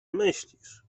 myślisz